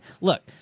look